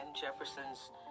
Jefferson's